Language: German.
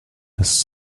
das